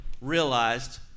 realized